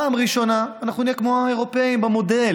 פעם ראשונה אנחנו נהיה כמו האירופים במודל.